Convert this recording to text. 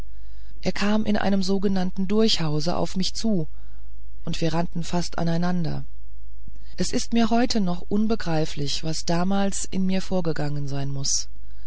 er kam in einem sogenannten durchhause auf mich zu und wir rannten fast aneinander es ist mir heute noch unbegreiflich was damals in mir vorgegangen sein muß